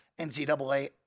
NCAA